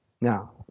Now